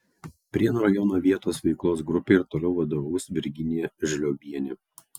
prienų rajono vietos veiklos grupei ir toliau vadovaus virginija žliobienė